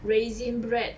raisin bread